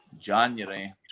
January